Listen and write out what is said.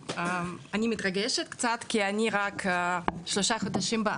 אני מתרגשת קצת כי אני בארץ רק שלושה חודשים.